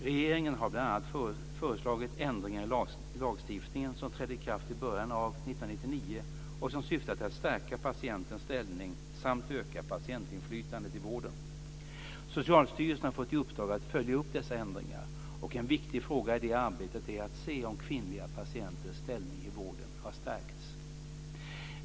Regeringen har bl.a. föreslagit ändringar i lagstiftningen som trädde i kraft i början av år 1999 och som syftar till att stärka patientens ställning samt öka patientinflytandet i vården. Socialstyrelsen har fått i uppdrag att följa upp dessa ändringar, och en viktig fråga i det arbetet är att se om kvinnliga patienters ställning i vården har stärkts.